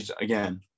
Again